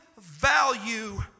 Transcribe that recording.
value